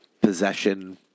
Possession